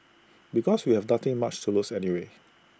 because we have nothing much to lose anyway